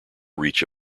reach